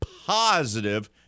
positive